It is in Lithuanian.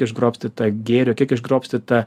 išgrobstyta gėrio kiek išgrobstyta